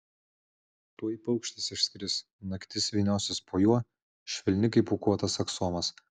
tuoj paukštis išskris naktis vyniosis po juo švelni kaip pūkuotas aksomas